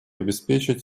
обеспечить